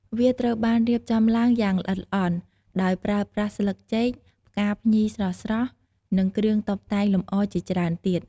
វាត្រូវបានរៀបចំឡើងយ៉ាងល្អិតល្អន់ ដោយប្រើប្រាស់ស្លឹកចេក ផ្កាភ្ញីស្រស់ៗ និងគ្រឿងតុបតែងលម្អជាច្រើនទៀត។